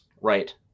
Right